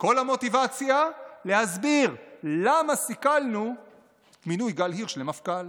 כל המוטיבציה היא להסביר למה סיכלנו את מינוי גל הירש למפכ"ל.